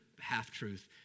half-truth